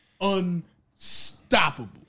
Unstoppable